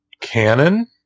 canon